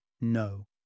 no